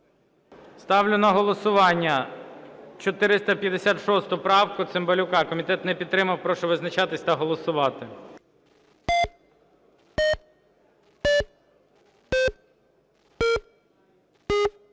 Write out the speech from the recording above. Ставлю на голосування 456 правку Цимбалюка. Комітет не підтримав. Прошу визначатися та голосувати.